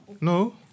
No